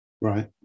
Right